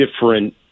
different